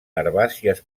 herbàcies